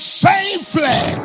safely